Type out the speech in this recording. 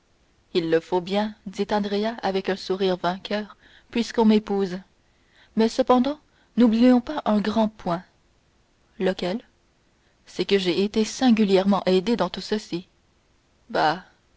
il le faut bien dit andrea avec un sourire vainqueur puisqu'on m'épouse mais cependant n'oublions pas un grand point lequel c'est que j'ai été singulièrement aidé dans tout ceci bah